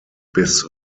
bis